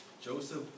Joseph